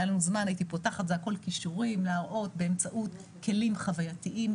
להראות באמצעות כלים חווייתיים,